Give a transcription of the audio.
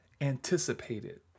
anticipated